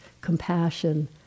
compassion